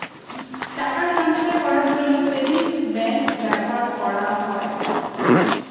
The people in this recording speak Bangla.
টাকা সঞ্চয় করার জন্য সেভিংস ব্যাংক ব্যবহার করা হয়